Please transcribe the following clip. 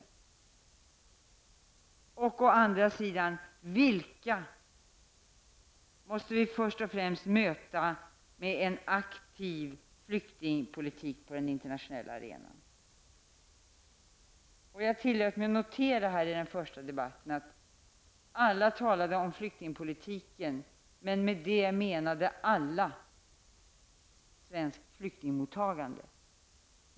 Vilka problem måste vi först och främst möta med en aktiv flyktingpolitik på den internationella arenan? Jag tillät mig i den första debatten notera att alla talare med flyktingpolitik menade svenskt flyktingmottagande.